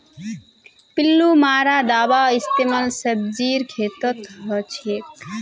पिल्लू मारा दाबार इस्तेमाल सब्जीर खेतत हछेक